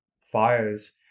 fires